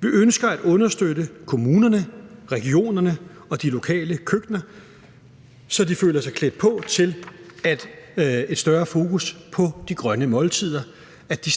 Vi ønsker at understøtte kommunerne, regionerne og de lokale køkkener, så de føler sig klædt på til et større fokus på de grønne måltider, og det